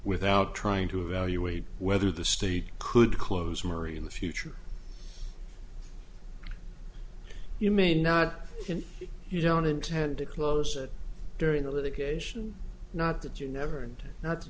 without trying to evaluate whether the state could close murray in the future you may not can you don't intend to close it during the litigation not that you never and no